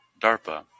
DARPA